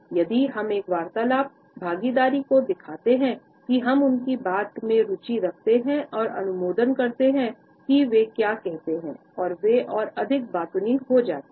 यदि हम एक वार्तालाप भागीदार को दिखाते हैं कि हम उनकी बात में रुचि रखते हैं और अनुमोदन करते हैं कि वे क्या कहते हैं वे और अधिक बातूनी हो जाते हैं